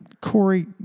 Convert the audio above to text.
Corey